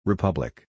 Republic